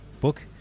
book